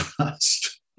past